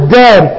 dead